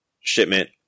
shipment